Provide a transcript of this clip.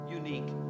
unique